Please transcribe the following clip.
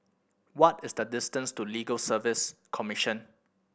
what is the distance to Legal Service Commission